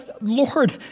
Lord